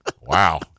Wow